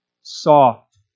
soft